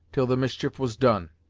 till the mischief was done.